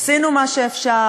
עשינו מה שאפשר,